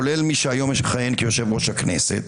כולל מי שהיום מכהן כיושב-ראש הכנסת,